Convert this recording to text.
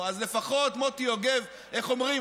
אז לפחות, מוטי יוגב, איך אומרים?